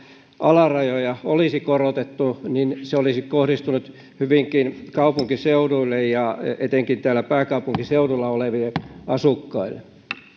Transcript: alarajoja olisi korotettu niin se olisi kohdistunut hyvinkin kaupunkiseuduille ja etenkin pääkaupunkiseudulla oleville asukkaille